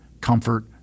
comfort